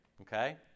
Okay